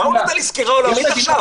מה הוא נותן לי סקירה עולמית עכשיו?